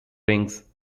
rings